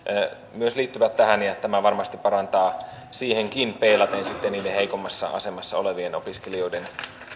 myös liittyvät tähän ja tämä varmasti parantaa siihenkin peilaten sitten niiden heikommassa asemassa olevien opiskelijoiden